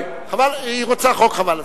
אז אולי, היא רוצה חוק, חבל על הזמן.